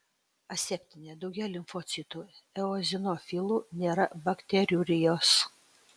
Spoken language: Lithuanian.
aseptinė daugėja limfocitų eozinofilų nėra bakteriurijos